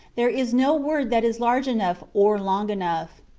there is no word that is large enough or long enough.